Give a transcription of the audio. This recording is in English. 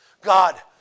God